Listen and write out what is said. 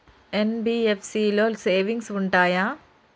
NBFC లో savings ఉంటయా?